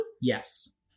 Yes